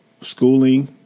schooling